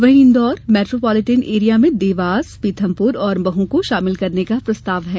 वहीं Indore metropolitan area में देवास पीथमपुर और महू को शामिल करने का प्रस्ताव है